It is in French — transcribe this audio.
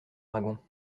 dragons